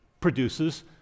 produces